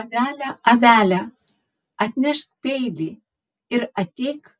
avele avele atnešk peilį ir ateik